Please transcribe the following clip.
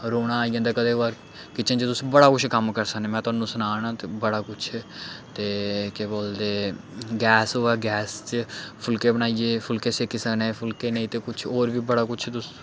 रौना आई जंदा कदें कभार किचन च तुस बड़ा कुछ कम्म करी सकने में थुआनूं सना ते बड़ा कुछ ते केह् बोलदे गैस होऐ गैस च फुलके बनाइयै फुलके सिक्खी सकने फुलके नेईं ते कुछ होर बी बड़ा कुछ तुस